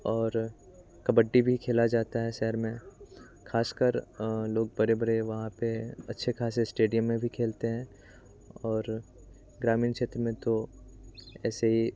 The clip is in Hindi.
और कबड्डी भी खेला जाता है शहर में खासकर लोग बड़े बड़े वहाँ पे अच्छे खासे स्टेडियम में भी खेलते हैं और ग्रामीण क्षेत्र में तो ऐसे ही